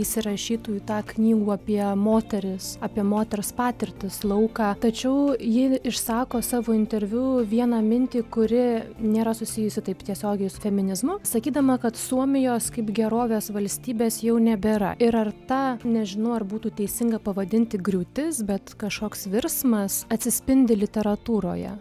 įsirašytų į tą knygų apie moteris apie moters patirtis lauką tačiau ji išsako savo interviu vieną mintį kuri nėra susijusi taip tiesiogiai su feminizmu sakydama kad suomijos kaip gerovės valstybės jau nebėra ir ar tą nežinau ar būtų teisinga pavadinti griūtis bet kažkoks virsmas atsispindi literatūroje